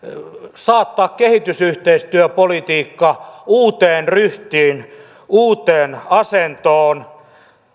saattaa kehitysyhteistyöpolitiikka uuteen ryhtiin uuteen asentoon